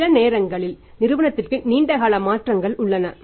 சில நேரங்களில் நிறுவனத்திற்கு நீண்ட கால மாற்றங்கள் உள்ளன